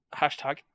Hashtag